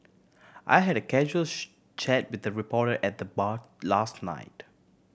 I had a casual chat with a reporter at the bar last night